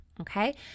okay